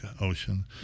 Ocean